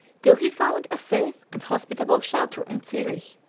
till he found a safe and hospitable shelter in zurich,